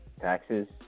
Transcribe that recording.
taxes